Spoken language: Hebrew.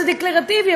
זה דקלרטיבי,